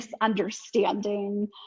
misunderstanding